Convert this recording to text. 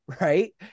right